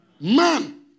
Man